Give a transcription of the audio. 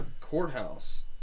courthouse